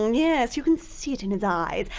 yes, you can see it in his eyes.